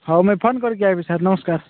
ହଉ ମୁଁ ଫୋନ୍ କରିକି ଆସିବି ସାର୍ ନମସ୍କାର